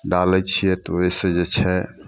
डालै छियै तऽ ओहिसँ जे छै